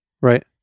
Right